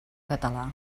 català